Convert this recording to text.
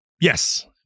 yes